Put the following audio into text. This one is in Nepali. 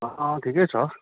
अँ ठिकै छ